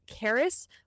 Karis